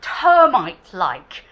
termite-like